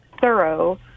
thorough